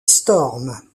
storm